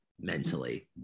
mentally